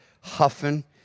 huffing